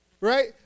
Right